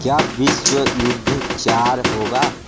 क्या विश्व युद्ध चार होगा